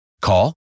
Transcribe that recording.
Call